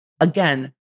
again